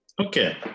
Okay